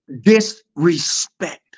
disrespect